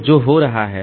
तो जो हो रहा है